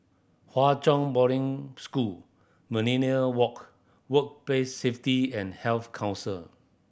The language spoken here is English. Hwa Chong Boarding School Millenia Walk Workplace Safety and Health Council